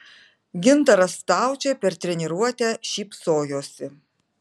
gintaras staučė per treniruotę šypsojosi